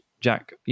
Jack